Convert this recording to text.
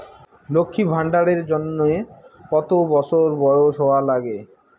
লক্ষী ভান্ডার এর জন্যে কতো বছর বয়স হওয়া লাগে?